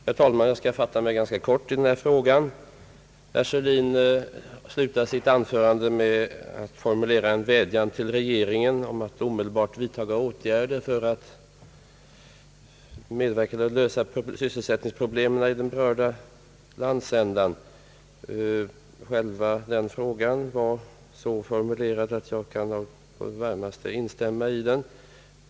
Herr talman! Jag skall fatta mig ganska kort i denna fråga. Herr Sörlin slutade sitt anförande med en vädjan till regeringen om att omedelbart vidta åt gärder för att medverka till en lösning av sysselsättningsproblemen i den berörda landsändan. Denna vädjan var så formulerad att jag på det varmaste kan instämma i den.